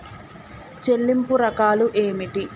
చెల్లింపు రకాలు ఏమిటి?